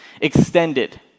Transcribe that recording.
extended